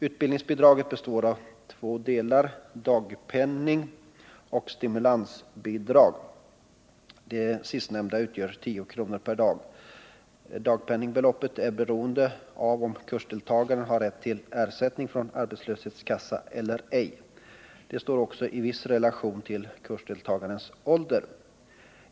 Utbildningsbidraget består av två delar, dagpenning och stimulansbidrag. Det sistnämnda utgör 10 kr. per dag. Dagpenningbeloppet är beroende av om kursdeltagaren har rätt till ersättning från arbetslöshetskassa eller ej. Det står också i viss relation till kursdeltagarens ålder.